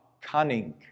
Cunning